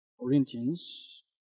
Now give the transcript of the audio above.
Corinthians